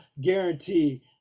guarantee